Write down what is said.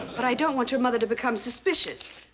but i don't want your mother to become suspicious.